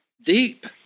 deep